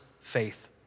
faith